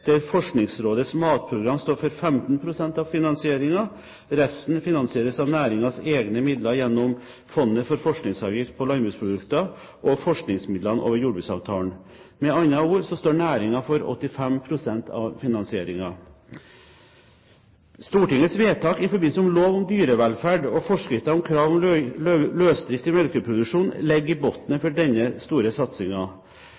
der Forskningsrådets Matprogram står for 15 pst. av finansieringen. Resten finansieres av næringens egne midler gjennom Fondet for forskningsavgift på landbruksprodukter og Forskningsmidler over jordbruksavtalen. Med andre ord står næringen for 85 pst. av finansieringen. Stortingets vedtak i forbindelse med lov om dyrevelferd og forskrifter om krav om løsdrift i melkeproduksjonen ligger i bunnen av denne store satsingen. Ny lov om dyrevelferd trådte i